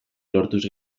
lortuz